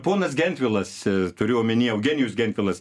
ponas gentvilas turiu omeny eugenijus gentvilas